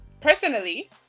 personally